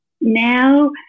now